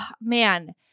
Man